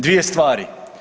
Dvije stvari.